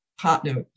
partner